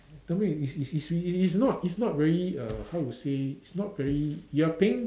tell me it's it's it's r~ it's it's not it's not very err how to say it's not very you are paying